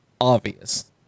obvious